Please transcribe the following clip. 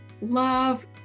love